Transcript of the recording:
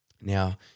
Now